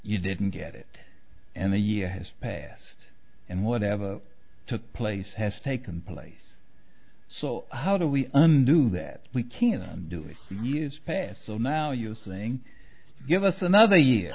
you didn't get it and the year has passed and whatever took place has taken place so how do we undo that we can do it in years past so now you're saying give us another year